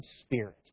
spirit